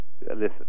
Listen